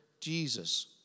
Jesus